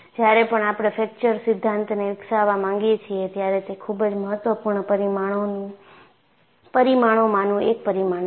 જ્યારે પણ આપણે ફ્રેક્ચર સિધ્ધાંતને વિકસાવવા માંગીએ છીએ ત્યારે તે ખૂબ જ મહત્વપૂર્ણ પરિમાણોમાંનું એક પરિમાણ છે